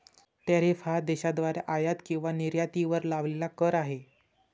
tariff हा देशाद्वारे आयात किंवा निर्यातीवर लावलेला कर आहे